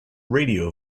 radio